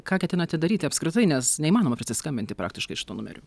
ką ketinate daryti apskritai nes neįmanoma prisiskambinti praktiškai šituo numeriu